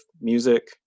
music